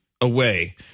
away